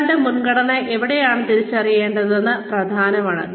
ഒരാളുടെ മുൻഗണന എവിടെയാണെന്ന് തിരിച്ചറിയേണ്ടത് പ്രധാനമാണ്